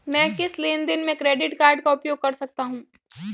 मैं किस लेनदेन में क्रेडिट कार्ड का उपयोग कर सकता हूं?